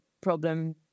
problem